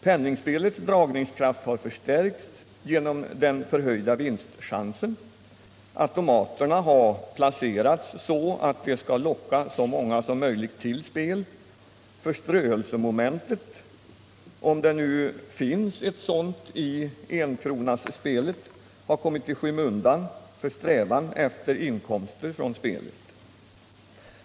Penningspelets dragningskraft har förstärkts genom den förhöjda vinstchansen. Automaterna har placerats så att de skall locka så många som möjligt till spel. Förströelsemomentet, om det nu finns ett sådant i enkronasspelet, har kommit i skymundan av en strävan efter inkomster från spelet.